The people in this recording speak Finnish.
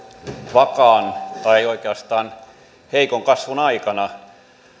vakaan tai oikeastaan heikon kasvun aikana